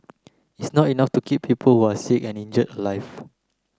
it's not enough to keep people who are sick and injured alive